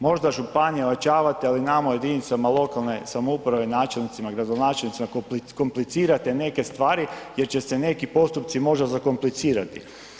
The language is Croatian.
Možda županije ojačavate ali nama u jedinicama lokalne samouprave, načelnicima i gradonačelnicima komplicirate neke stvari jer će se neki postupci možda zakomplicirati.